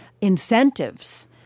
incentives